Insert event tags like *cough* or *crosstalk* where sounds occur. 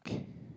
okay *breath*